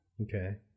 Okay